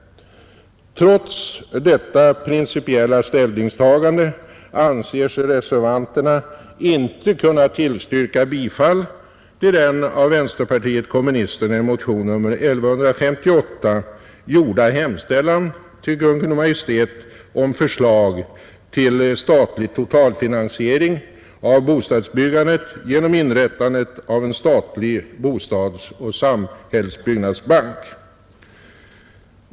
Trots detta principiella ställningstagande anser sig reservanterna inte kunna tillstyrka bifall till den av vänsterpartiet kommunisterna i motion 1158 gjorda hemställan till Kungl. Maj:t om förslag till statlig totalfinansiering av bostadsbyggandet genom inrättande av en statlig bostadsoch samhällsbyggnadsbank.